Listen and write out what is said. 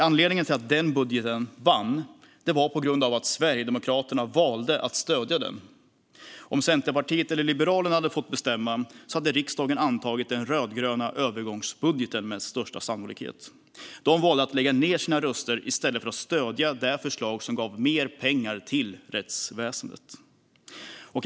Anledningen till att denna budget vann var att Sverigedemokraterna valde att stödja den. Om Centerpartiet eller Liberalerna hade fått bestämma hade riksdagen med största sannolikhet antagit den rödgröna övergångsbudgeten. De valde att lägga ned sina röster i stället för att stödja det förslag som gav mer pengar till rättsväsendet.